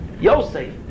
Yosef